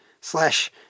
slash